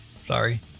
Sorry